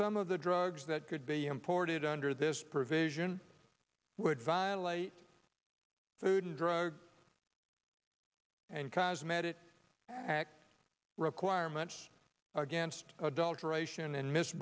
some of the drugs that could be imported under this provision would violate food and drug and cosmetic act requirements against adulteration and mis